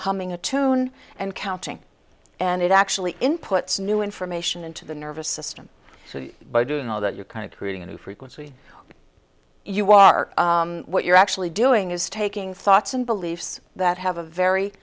humming a tune and counting and it actually inputs new information into the nervous system by doing all that you're kind of creating a new frequency you are what you're actually doing is taking thoughts and beliefs that have a very